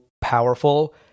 powerful